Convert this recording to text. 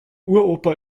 uropa